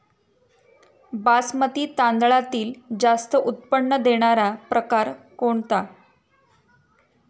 बासमती तांदळातील जास्त उत्पन्न देणारा प्रकार कोणता?